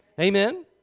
Amen